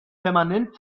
permanent